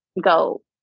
go